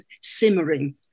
simmering